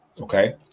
okay